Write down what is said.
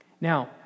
Now